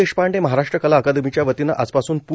देशपांडे महाराष्ट्र कला अकादमीच्या वतीनं आजपासून प्